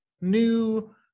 new